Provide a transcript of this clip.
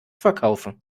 verkaufen